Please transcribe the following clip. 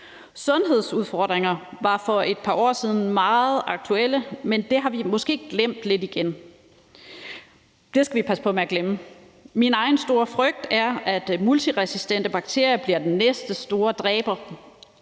Sundhedsudfordringer var for et par år siden meget aktuelle, men det har vi måske glemt lidt igen, og det skal vi passe på med. Min egen store frygt er, at multiresistente bakterier bliver den næste store dræber